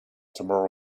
tomorrow